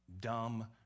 dumb